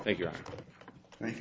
think you're right